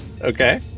Okay